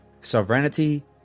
Sovereignty